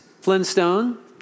Flintstone